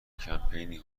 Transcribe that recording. کمپینی